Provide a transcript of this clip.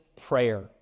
prayer